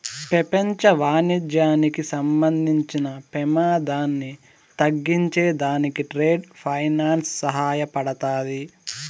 పెపంచ వాణిజ్యానికి సంబంధించిన పెమాదాన్ని తగ్గించే దానికి ట్రేడ్ ఫైనాన్స్ సహాయపడతాది